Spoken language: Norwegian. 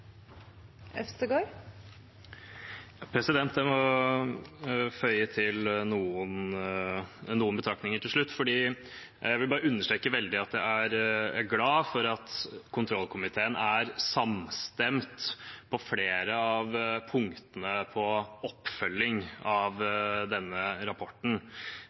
Jeg må føye til noen betraktninger til slutt, for jeg vil understreke veldig at jeg er glad for at kontrollkomiteen er samstemt om flere av punktene om oppfølging av denne rapporten.